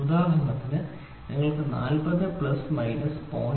ഉദാഹരണത്തിന് നിങ്ങൾ 40 പ്ലസ് അല്ലെങ്കിൽ മൈനസ് 0